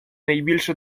найбільше